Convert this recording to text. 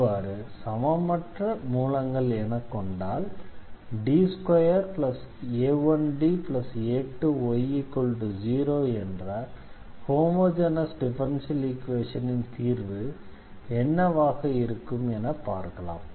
இவ்வாறு சமமற்ற மூலங்கள் எனக்கொண்டால் D2a1Da2y0 என்ற ஹோமொஜெனஸ் டிஃபரன்ஷியல் ஈக்வேஷனின் தீர்வு என்னவாக இருக்கும் என பார்க்கலாம்